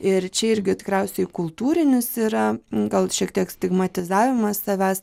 ir čia irgi tikriausiai kultūrinis yra gal šiek tiek stigmatizavimas savęs